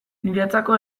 niretzako